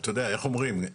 אתה יודע, איך אומרים,